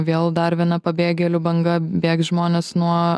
vėl dar viena pabėgėlių banga bėgs žmonės nuo